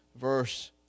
verse